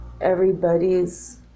everybody's